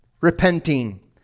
repenting